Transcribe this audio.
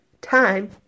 time